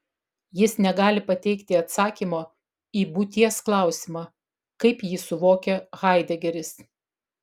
jis negali pateikti atsakymo į būties klausimą kaip jį suvokia haidegeris